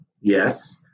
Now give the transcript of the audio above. yes